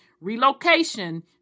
relocation